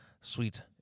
Sweet